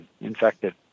infected